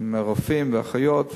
עם הרופאים והאחיות.